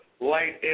Light